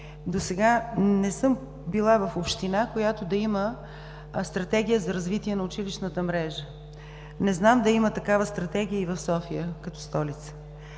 досега не съм била в община, която да има Стратегия за развитие на училищната мрежа. Не знам да има такава Стратегия и в София като столица.